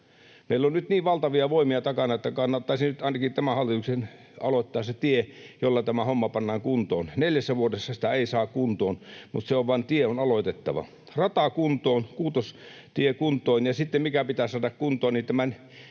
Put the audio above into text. Meillä on nyt niin valtavia voimia takana, että kannattaisi nyt ainakin tämän hallituksen aloittaa se tie, jolla tämä homma pannaan kuntoon. Neljässä vuodessa sitä ei saa kuntoon, mutta se tie on vain aloitettava — rata kuntoon, Kuutostie kuntoon. Sitten, mikä pitää saada kuntoon, on se,